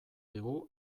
digu